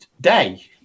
day